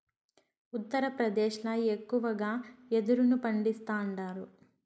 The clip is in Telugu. ఉత్తరప్రదేశ్ ల ఎక్కువగా యెదురును పండిస్తాండారు